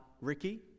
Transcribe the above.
Ricky